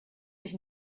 dich